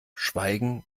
schweigen